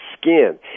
skin